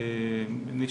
נשחקת,